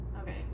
Okay